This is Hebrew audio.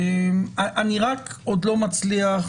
אני עוד לא מצליח